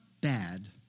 bad